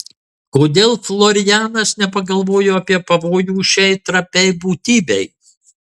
kodėl florianas nepagalvojo apie pavojų šiai trapiai būtybei